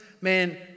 man